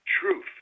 truth